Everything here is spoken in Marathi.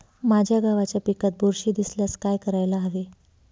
माझ्या गव्हाच्या पिकात बुरशी दिसल्यास काय करायला हवे?